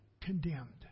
condemned